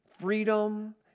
freedom